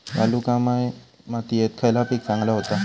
वालुकामय मातयेत खयला पीक चांगला होता?